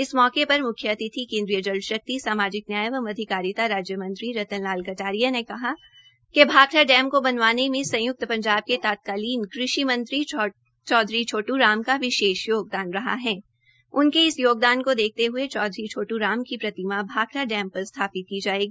इस मौके पर केंद्रीय जलशक्ति सामाजिक न्याय एवं अधिकारिता राज्य मंत्री रतन लाल कटारिया ने कहा कि भाखड़ा डैम को बनवाने में संयुक्त पंजाब के तत्कालीन कृषि मंत्री चौधरी छोट्राम का विशेष योगदान रहा हैउनके इस योगदान को देखते हए चैधरी छोटूराम की प्रतिमा भाखड़ा डैम पर स्थापित की जाएगी